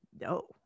No